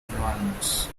environments